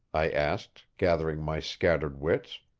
i asked, gathering my scattered wits.